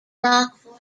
rock